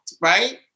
right